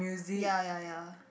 ya ya ya